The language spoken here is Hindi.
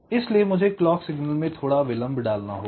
इसलिए मुझे क्लॉक सिग्नल में थोड़ा विलम्भ डालना होगा